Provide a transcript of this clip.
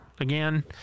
Again